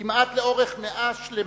כמעט לאורך מאה שלמה,